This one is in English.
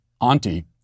auntie